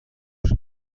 هاش